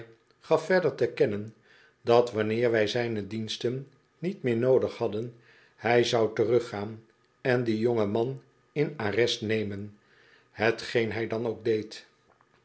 gaf verder te kennen dat wanneer wij zijne diensten niet meer noodig hadden hij zou teruggaan en dien jongen man in arrest nemen hetgeen hij dan ook deed